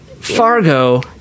Fargo